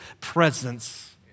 presence